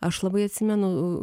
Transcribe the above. aš labai atsimenu